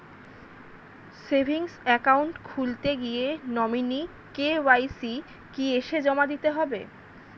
Savings account খুলতে গিয়ে nominee KYC কি এসে জমা দিতে হবে?